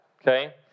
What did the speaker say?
okay